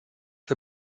der